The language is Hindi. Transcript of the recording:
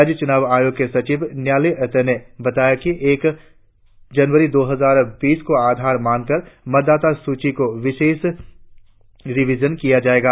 राज्य चूनाव आयोग के सचिव न्याली एते ने बताया कि एक जनवरी दो हजार बीस को आधार मानकर मतदाता सूचियों को विशेष रिविजन किया जाएगा